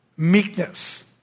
Meekness